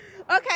Okay